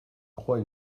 croit